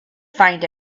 find